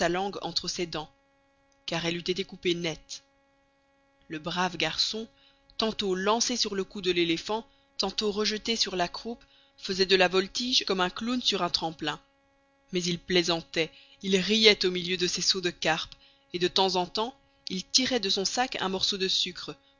langue entre ses dents car elle eût été coupée net le brave garçon tantôt lancé sur le cou de l'éléphant tantôt rejeté sur la croupe faisait de la voltige comme un clown sur un tremplin mais il plaisantait il riait au milieu de ses sauts de carpe et de temps en temps il tirait de son sac un morceau de sucre